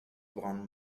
born